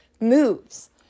moves